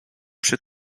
przy